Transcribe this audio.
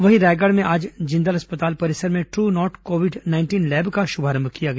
वहीं रायगढ़ में आज जिंदल अस्पताल परिसर में Truenat covid nineteen lab का शुभारंभ किया गया